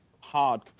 hard